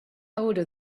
older